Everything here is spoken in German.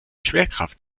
schwerkraft